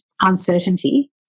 uncertainty